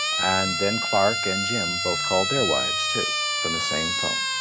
and then clark and jim both called their wives, too, from the same phone.